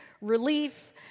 relief